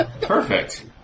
Perfect